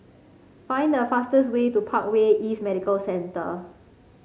find the fastest way to Parkway East Medical Centre